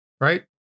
right